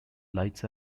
lights